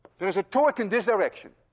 there is a torque in this direction.